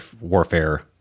warfare